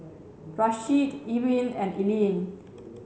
Rasheed Ewin and Eileen